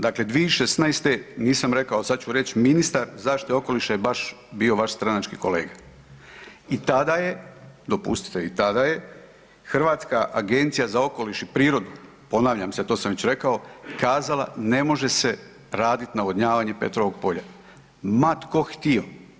Dakle, 2016., nisam rekao sad ću reć, ministar zaštite okoliša je baš bio vaš stranački kolega i tada je, dopustite, i tada je Hrvatska agencija za okoliš i prirodu, ponavljam se to sam već rekao, kazala ne može se radit navodnjavanje Petrovog polja, ma tko htio.